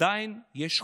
עדיין יש חוק.